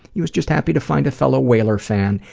he was just happy to find a fellow whaler fan,